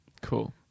Cool